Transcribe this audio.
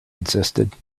insisted